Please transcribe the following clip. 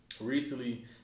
Recently